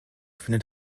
findet